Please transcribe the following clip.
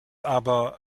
aber